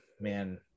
man